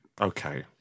Okay